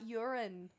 urine